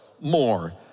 more